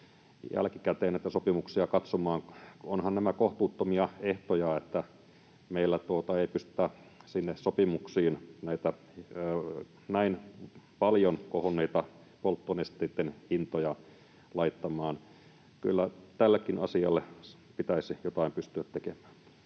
jälkikäteen katsomaan. Ovathan nämä kohtuuttomia ehtoja, että meillä ei pystytä sinne sopimuksiin näitä näin paljon kohonneita polttonesteitten hintoja laittamaan. Kyllä tällekin asialle pitäisi jotain pystyä tekemään.